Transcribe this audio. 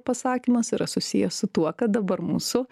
pasakymas yra susijęs su tuo kad dabar mūsų